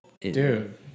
dude